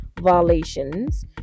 violations